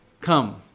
come